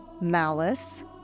malice